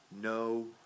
no